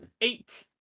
Eight